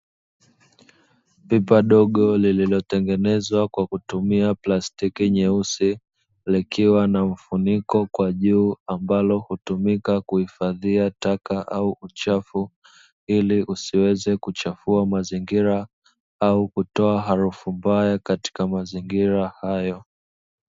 Pipa dogo lililotengenezwa kwa kutumia plastiki nyeusi, likiwa na mfuniko kwa juu; ambalo hutumika kuhifadhia taka au uchafu, ili usiweze kuchafua mazingira au kutoa harufu mbaya katika mazingira hayo.